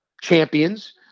champions